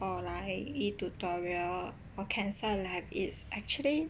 or like E tutorial or cancel like it's actually